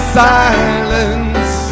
silence